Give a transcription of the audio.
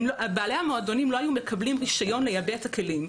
בעלי המועדונים לא היו מקבלים רישיון לייבא את הכלים,